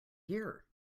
here